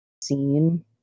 scene